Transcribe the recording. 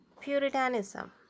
Puritanism